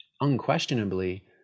unquestionably